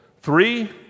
three